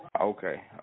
okay